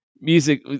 music